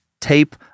Tape